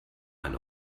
ein